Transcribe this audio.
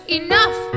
enough